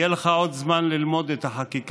יהיה לך עוד זמן ללמוד את החקיקה,